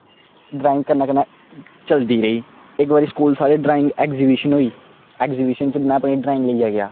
drawing कन्नै कन्नै चलदी रेही इक बारी स्कूल साढ़ी ड्रांइग एग्जीविशन होई एग्जीबिशन च में अपनी ड्रांइग लेइयै गेआ